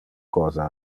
cosa